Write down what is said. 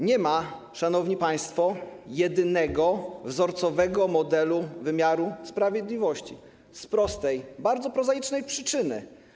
Nie ma, szanowni państwo, jedynego wzorcowego modelu wymiaru sprawiedliwości z prostej, bardzo prozaicznej przyczyny.